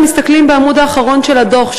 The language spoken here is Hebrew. אם מסתכלים בעמוד האחרון של הדוח,